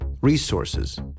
resources